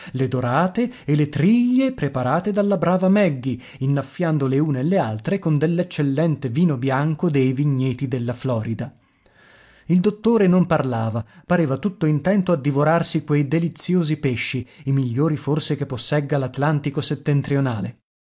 le dorate e le triglie preparate dalla brava magge innaffiando le une e le altre con dell'eccellente vino bianco dei vigneti della florida il dottore non parlava pareva tutto intento a divorarsi quei deliziosi pesci i migliori forse che possegga l'atlantico settentrionale